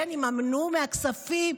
יממנו מהכספים?